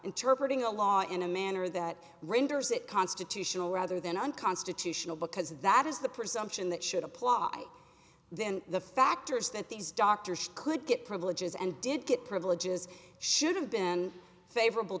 interpret in a law in a manner that renders it constitutional rather than unconstitutional because that is the presumption that should apply then the factors that these doctors could get privileges and did get privileges should have been favorable